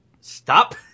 Stop